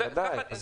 תשובה נכונה.